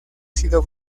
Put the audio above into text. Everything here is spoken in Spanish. sido